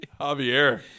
javier